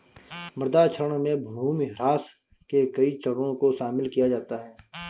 मृदा क्षरण में भूमिह्रास के कई चरणों को शामिल किया जाता है